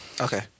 Okay